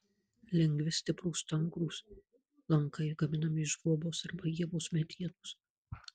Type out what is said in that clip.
lengvi stiprūs stangrūs lankai gaminami iš guobos arba ievos medienos